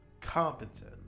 competent